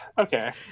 okay